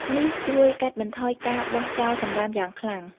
នេះជួយកាត់បន្ថយការបោះចោលសំរាមយ៉ាងខ្លាំង។